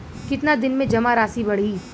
कितना दिन में जमा राशि बढ़ी?